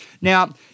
Now